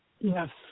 Yes